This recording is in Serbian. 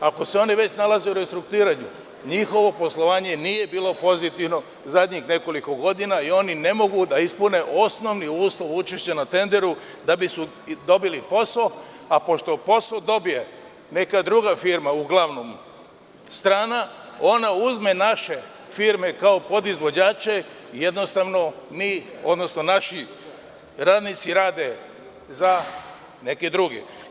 Ako se već nalaze u restrukturiranju njihovo poslovanje nije bilo pozitivno zadnjih nekoliko godina i oni ne mogu ispune osnovni uslov učešća na tenderu da bi dobili posao, a pošto posao dobije neka druga firma, uglavnom stranac, ona uzme naše firme kao podizvođače i jednostavno naši radnici rade za neke druge.